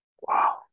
Wow